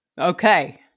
Okay